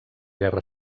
guerra